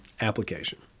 application